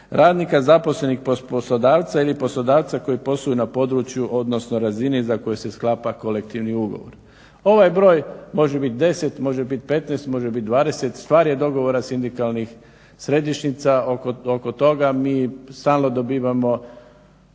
radnika zaposlenih kod poslodavca ili poslodavca koji posluju na području, odnosno razini za koju se sklapa kolektivni ugovor. Ovaj broj može bit 10, može bit 15, može bit 20, stvar je dogovora sindikalnih središnjica. Oko toga mi stalno dobivamo